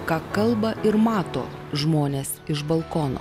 ką kalba ir mato žmonės iš balkono